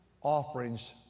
Offerings